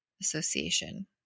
association